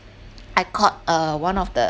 I called uh one of the